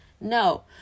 No